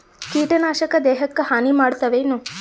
ಕೀಟನಾಶಕ ದೇಹಕ್ಕ ಹಾನಿ ಮಾಡತವೇನು?